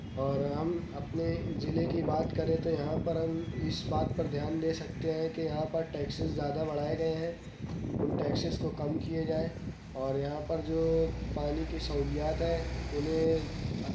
اور ہم اپنے ضلعے کی بات کریں تو یہاں پر ہم اس بات پر دھیان دے سکتے ہیں کہ یہاں پر ٹیکسیز زیادہ بڑھائے گئے ہیں ان ٹیکسیز کو کم کیے جائے اور یہاں پر جو پانی کی سہولیات ہیں انہیں